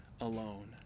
alone